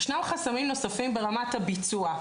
ישנם חסמים נוספים ברמת הביצוע.